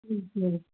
ಹ್ಞೂ ಹ್ಞೂ